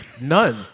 None